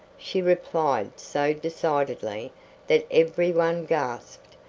she replied so decidedly that every one gasped.